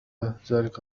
ذلك